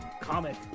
Comic